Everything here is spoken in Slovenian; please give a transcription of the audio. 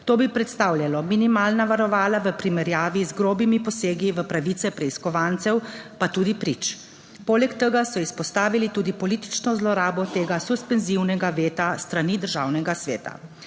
To bi predstavljalo minimalna varovala v primerjavi z grobimi posegi v pravice preiskovancev, pa tudi prič. Poleg tega so izpostavili tudi politično zlorabo tega suspenzivnega veta s strani Državnega sveta.